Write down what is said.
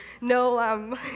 No